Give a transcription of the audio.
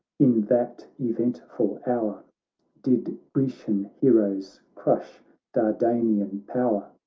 in that eventful hour did grecian heroes crush dardanian power!